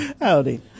Howdy